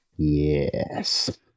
yes